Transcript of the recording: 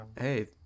Hey